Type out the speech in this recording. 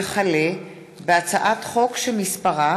הצעת חוק חינוך